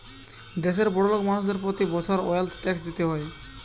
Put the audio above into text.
দেশের বড়োলোক মানুষদের প্রতি বছর ওয়েলথ ট্যাক্স দিতে হয়